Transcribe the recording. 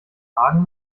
hagen